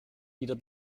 wieder